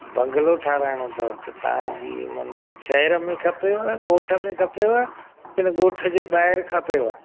bungalow ठाहिराइणो अथव त तव्हांजी माना शहर में खपेव ॻोठ में खपेव की न ॻोठ ॼे ॿाहिरि खपेव